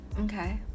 Okay